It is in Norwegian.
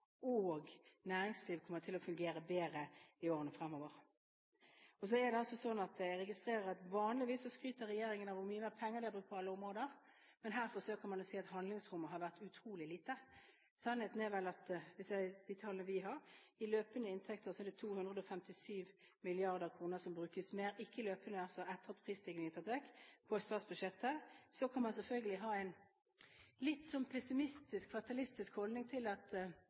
og næringslivet kommer til å fungere bedre i årene fremover. Vanligvis skryter regjeringen av hvor mye penger de har brukt på alle områder, men her forsøker man å si at handlingsrommet har vært utrolig lite. Sannheten er vel at – ifølge de tallene vi har – det etter at prisstigningen er tatt vekk, brukes 257 mrd. kr mer på statsbudsjettet. Så kan man ha en litt pessimistisk eller fatalistisk holdning til at alle utgifter må stige like mye som de har gjort før. Jeg tror f.eks. at